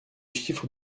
chiffres